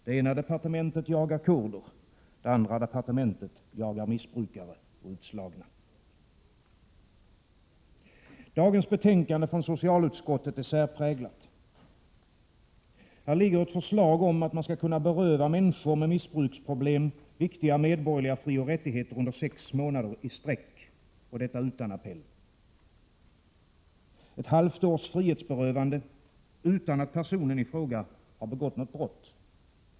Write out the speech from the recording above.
Det ena departementet jagar kurder. Det andra departementet jagar missbrukare och utslagna. Dagens betänkande från socialutskottet är särpräglat. Här ligger ett förslag om att man skall kunna beröva människor med missbruksproblem viktiga medborgerliga frioch rättigheter under sex månader i sträck — och detta utan appell. Det handlar om ett halvt års frihetsberövande, utan att personen i fråga har begått något brott.